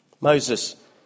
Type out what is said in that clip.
Moses